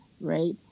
right